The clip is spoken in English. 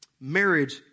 marriage